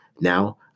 now